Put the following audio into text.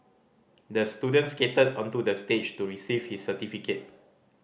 the student skated onto the stage to receive his certificate